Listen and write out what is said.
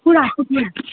টুকুৰা টুকুৰা